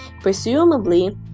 presumably